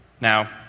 Now